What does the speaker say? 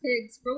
pigs